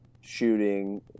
shooting